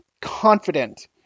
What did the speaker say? confident